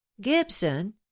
Gibson